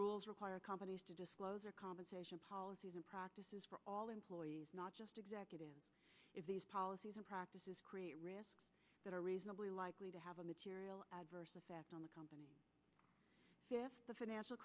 rules require companies to disclose their compensation policies and practices for all employees not just executives if these policies and practices create risks that are reasonably likely to have a material adverse effect on the company if the financial